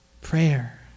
Prayer